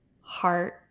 heart